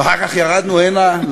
ואחר כך ירדנו הנה,